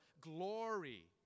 glory